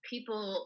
People